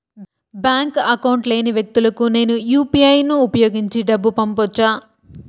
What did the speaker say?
Bank account లేని వ్యక్తులకు నేను యు పి ఐ యు.పి.ఐ ను ఉపయోగించి డబ్బు పంపొచ్చా?